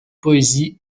poésie